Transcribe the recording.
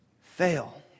fail